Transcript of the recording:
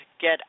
Get